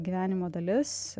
gyvenimo dalis